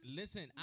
listen